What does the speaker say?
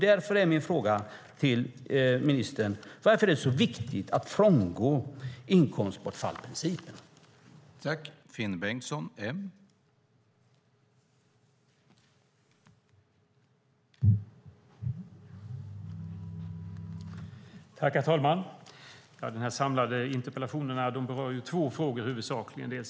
Varför är det så viktigt att frångå inkomstbortfallsprincipen, ministern?